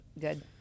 good